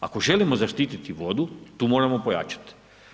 Ako želimo zaštititi vodu, tu moramo pojačati.